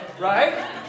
Right